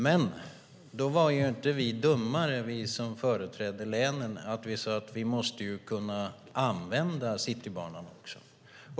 Men då var vi som företrädde länen inte dummare än att vi sade att vi måste kunna använda Citybanan också.